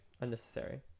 unnecessary